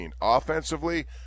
offensively